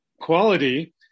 quality